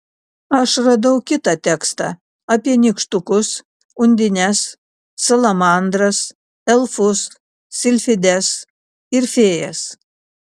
aš radau kitą tekstą apie nykštukus undines salamandras elfus silfides ir fėjas